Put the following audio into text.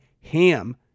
Ham